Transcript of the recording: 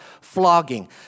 Flogging